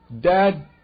Dad